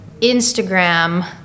Instagram